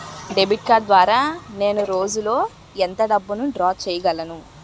Debit card ద్వారా నేను రోజు లో ఎంత డబ్బును డ్రా చేయగలను?